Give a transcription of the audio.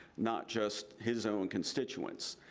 not just his own constituents.